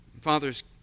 Father's